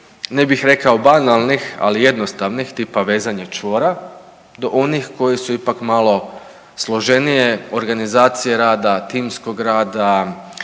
ne bih rekao banalnih, ali jednostavnih tipa vezanje čvora do onih koji su ipak malo složenije organizacije rada, timskog rada